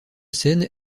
scène